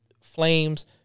flames